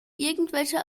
irgendwelche